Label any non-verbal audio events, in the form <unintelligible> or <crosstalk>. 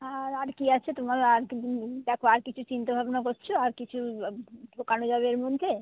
আর আর কী আছে তুমি <unintelligible> আর তুমি দেখো আর কিছু চিন্তা ভাবনা করছ আর কিছু ঢোকানো যাবে এর মধ্যে